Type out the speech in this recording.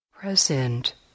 Present